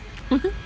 mmhmm